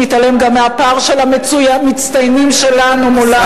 מתעלם גם מהפער של המצטיינים שלנו מולם.